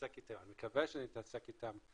שנתעסק איתם,